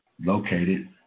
located